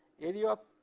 area of